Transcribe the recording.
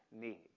need